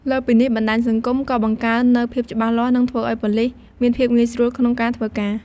លើសពីនេះ បណ្តាញសង្គមក៏បង្កើន នូវភាពច្បាស់លាស់ និងធ្វើឱ្យ ប៉ូលិសមានភាពងាយស្រួលក្នុងការធ្វើការ។